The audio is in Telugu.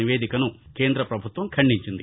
నివేదికను కేంద పభుత్వం ఖండించింది